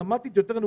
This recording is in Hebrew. דרמטית יותר נמוכים.